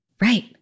Right